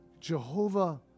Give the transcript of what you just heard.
Jehovah